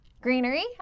Greenery